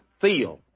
feel